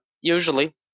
usually